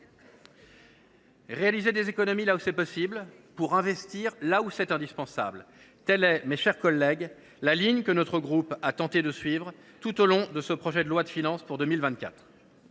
Réaliser des économies là où c’est possible pour investir là où c’est indispensable : telle est, mes chers collègues, la ligne que notre groupe a tenté de suivre tout au long de l’examen de ce projet de loi de finances pour 2024.